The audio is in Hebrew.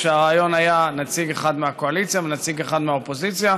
כשהרעיון היה נציג אחד מהקואליציה ונציג אחד מהאופוזיציה,